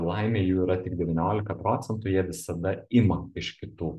laimei jų yra tik devyniolika procentų jie visada ima iš kitų